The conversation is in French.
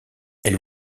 elle